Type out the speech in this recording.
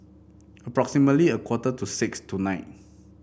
approximately a quarter to six tonight